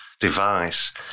device